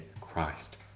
Christ